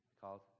called